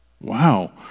wow